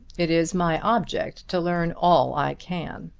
it is my object to learn all i can.